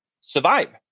survive